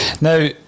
Now